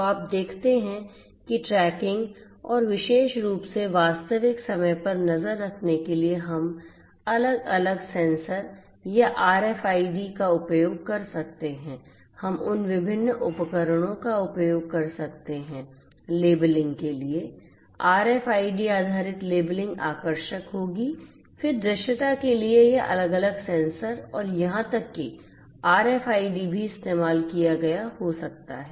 तो आप देखते हैं कि ट्रैकिंग और विशेष रूप से वास्तविक समय पर नज़र रखने के लिए हम अलग अलग सेंसर या आरएफआईडी का उपयोग कर सकते हैं हम उन विभिन्न उपकरणों का उपयोग कर सकते हैं लेबलिंग के लिए आरएफआईडी आधारित लेबलिंग आकर्षक होगी फिर दृश्यता के लिए यह अलग अलग सेंसर और यहां तक कि आरएफआईडी भी इस्तेमाल किया गया हो सकता है